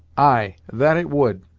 ay, that it would,